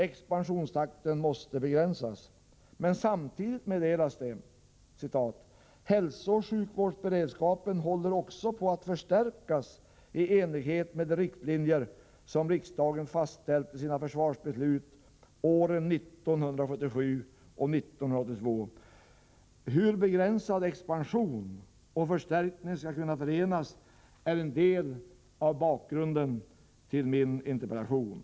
”Expansionstakten måste begränsas.” Men samtidigt meddelas det: ”Hälsooch sjukvårdsberedskapen håller också på att förstärkas i enlighet med riktlinjer som riksdagen fastställt i sina försvarsbeslut åren 1977 och 1982.” Problemet hur begränsad expansion och förstärkning skall kunna förenas är en del av bakgrunden till min interpellation.